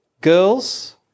Girls